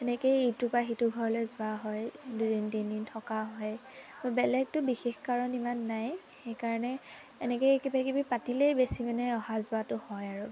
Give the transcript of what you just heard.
তেনেকেই ইটোৰ পা সিটো ঘৰলৈ যোৱা হয় দুদিন তিনিদিন থকা হয় বেলেগটো বিশেষ কাৰণ ইমান নাই সেইকাৰণেই এনেকেই কিবাকিবি পাতিলেই বেছি মানে অহা যোৱাটো হয় আৰু